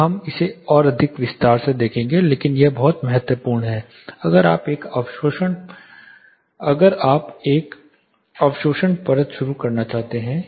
हम इसे और अधिक विस्तार से देखेंगे लेकिन यह बहुत महत्वपूर्ण है अगर आप यहां एक अवशोषण परत शुरू करना चाहते हैं